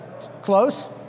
Close